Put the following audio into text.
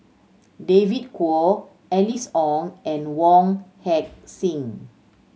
David Kwo Alice Ong and Wong Heck Sing